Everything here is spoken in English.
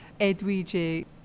Edwige